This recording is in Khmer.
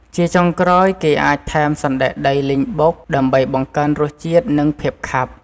ជាចុងក្រោយ គេអាចថែមសណ្ដែកដីលីងបុក ដើម្បីបង្កើនរសជាតិ និងភាពខាប់។